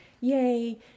Yay